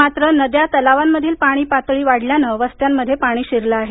मात्र नद्या तलावांमधील पाणीपातळी वाढल्यानं वस्त्यांमध्ये पाणी शिरलं आहे